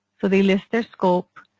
so they list their scope